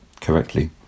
correctly